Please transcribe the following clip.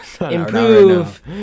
improve